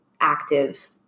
active